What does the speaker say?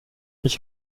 ich